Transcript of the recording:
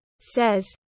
Says